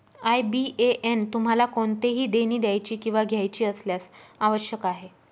IBAN तुम्हाला कोणतेही देणी द्यायची किंवा घ्यायची असल्यास आवश्यक आहे